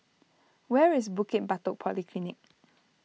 where is Bukit Batok Polyclinic